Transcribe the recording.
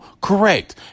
Correct